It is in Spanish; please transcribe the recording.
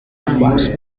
ambas